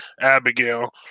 Abigail